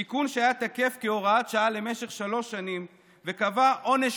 תיקון שהיה תקף כהוראת שעה למשך שלוש שנים וקבע עונש